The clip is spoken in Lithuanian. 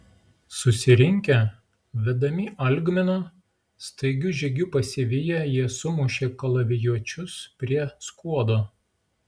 susirinkę vedami algmino staigiu žygiu pasiviję jie sumušė kalavijuočius prie skuodo